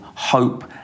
Hope